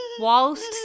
whilst